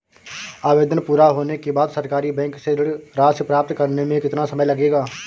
आवेदन पूरा होने के बाद सरकारी बैंक से ऋण राशि प्राप्त करने में कितना समय लगेगा?